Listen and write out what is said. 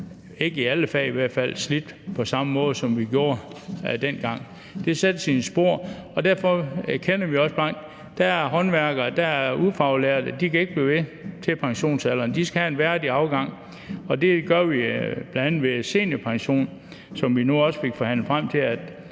ikke i alle fag, slidt på samme måde, som vi gjorde dengang. Det satte sine spor, og derfor erkender vi også blankt, at der er håndværkere og ufaglærte, som ikke kan blive ved til pensionsalderen. De skal have en værdig afgang, og det gør vi bl.a. ved hjælp af seniorpension, hvor vi nu også fik forhandlet os frem til,